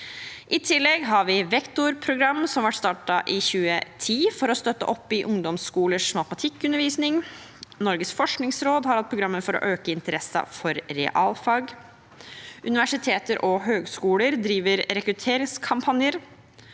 I tillegg har vi Vektorprogrammet, som ble startet i 2010 for å støtte opp under ungdomsskolers matematikkundervisning. Norges forskningsråd har hatt programmer for å øke interessen for realfag. Universiteter og høyskoler driver rekrutteringskampanjer.